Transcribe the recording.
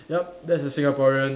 yup that's a Singaporean